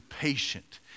patient